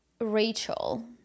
Rachel